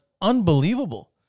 unbelievable